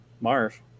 Marv